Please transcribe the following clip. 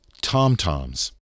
tom-toms